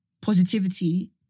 Positivity